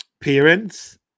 parents